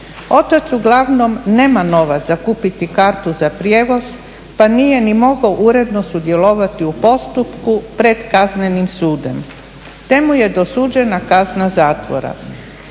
Otac uglavnom nema novac za kupiti kartu za prijevoz pa nije ni mogao uredno sudjelovati u postupku pred kaznenim sudom te mu je dosuđena kazna zatvora.